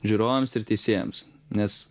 žiūrovams ir teisėjams nes